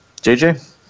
JJ